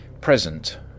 Present